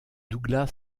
douglas